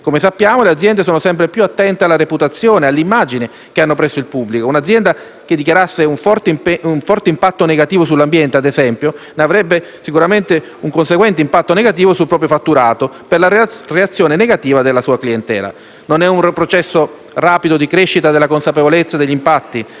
Come sappiamo, le aziende sono sempre più attente alla reputazione e all'immagine che hanno presso il pubblico. Un'azienda che dichiarasse un forte impatto negativo sull'ambiente, ad esempio, avrebbe un conseguente impatto negativo sul proprio fatturato per la reazione negativa della sua clientela. Non è un processo rapido di crescita della consapevolezza degli impatti,